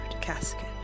casket